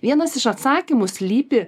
vienas iš atsakymų slypi